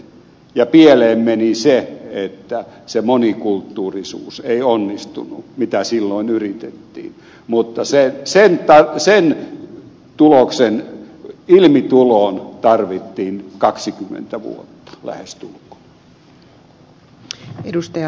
pieleen meni se että se monikulttuurisuus ei onnistunut mitä silloin yritettiin mutta sen tuloksen ilmituloon tarvittiin kaksikymmentä vuotta lähestulkoon